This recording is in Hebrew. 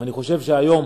אני חושב שהיום